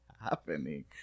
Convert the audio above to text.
happening